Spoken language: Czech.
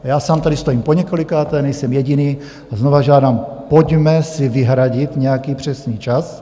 Já sám tady stojím poněkolikáté, nejsem jediný, a znova žádám: pojďme si vyhradit nějaký přesný čas.